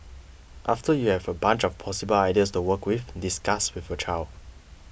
after you have a bunch of possible ideas to work with discuss with your child